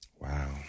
Wow